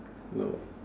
no